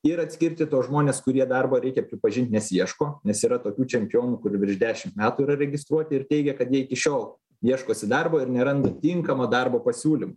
ir atskirti tuos žmones kurie darbo reikia pripažint nesiieško nes yra tokių čempionų kur virš dešimt metų yra registruoti ir teigia kad jie iki šiol ieškosi darbo ir neranda tinkamo darbo pasiūlymo